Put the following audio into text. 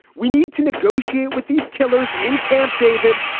we need to negotiate with these killers in camp david.